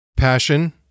passion